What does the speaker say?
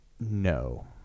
No